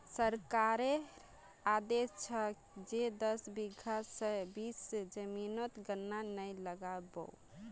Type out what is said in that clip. सरकारेर आदेश छ जे दस बीघा स बेसी जमीनोत गन्ना नइ लगा बो